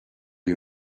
you